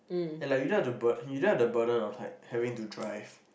ike you don't have the burd~ you don't have the burden on like having to drive